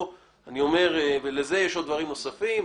לזה יש דברים נוספים,